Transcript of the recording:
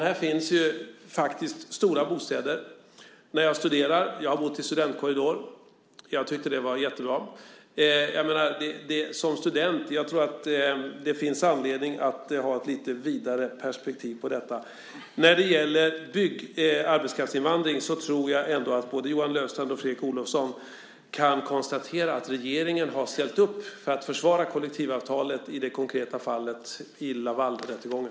Här finns faktiskt stora bostäder. Jag har bott i studentkorridor när jag studerade. Jag tyckte att det var jättebra. Är man student finns det anledning att ha ett lite vidare perspektiv på detta. När det gäller arbetskraftsinvandring för byggmarknaden tror jag att både Johan Löfstrand och Fredrik Olovsson kan konstatera att regeringen har ställt upp för att försvara kollektivavtalet i det konkreta fallet i Lavalrättegången.